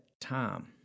time